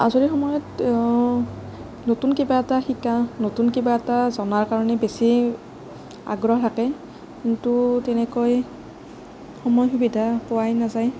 আজৰি সময়ত নতুন কিবা এটা শিকা নতুন কিবা এটা জনাৰ কাৰণে বেছি আগ্ৰহ থাকে কিন্তু তেনেকৈ সময় সুবিধা পোৱাই নাযায়